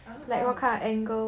I also don't know how to pose